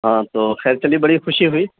ہاں تو خیر چلیے بڑی خوشی ہوئی